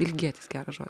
ilgėtis gero